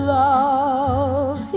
love